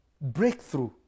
breakthrough